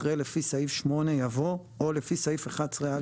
אחרי "לפי סעיף 8" יבוא "או לפי סעיף 11א,